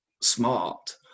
smart